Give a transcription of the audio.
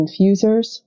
infusers